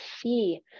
see